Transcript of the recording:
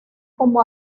como